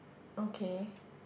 okay